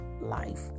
life